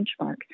benchmark